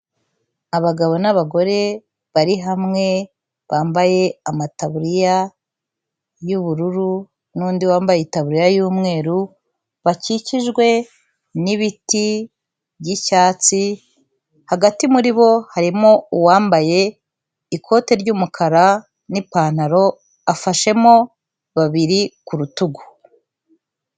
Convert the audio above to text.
Abagabo n'abagore bari hamwe bambaye amataburiya y'ubururu n'undi wambaye itaburiya y'umweru bakikijwe n'ibiti by'icyatsi, hagati muri bo harimo uwambaye ikote ry'umukara n'ipantaro afashemo babiri ku rutugu.